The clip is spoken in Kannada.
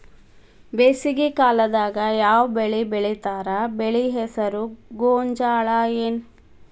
ಬೇಸಿಗೆ ಕಾಲದಾಗ ಯಾವ್ ಬೆಳಿ ಬೆಳಿತಾರ, ಬೆಳಿ ಹೆಸರು ಗೋಂಜಾಳ ಏನ್?